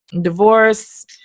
divorce